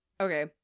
Okay